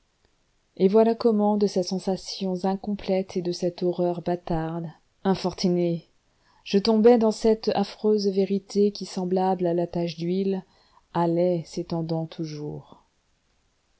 et voilà comment de ces sensations incomplètes et de cette horreur bâtarde infortuné je tombai dans cette affreuse vérité qui semblable à la tache d'huile allait s'étendant toujours